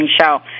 show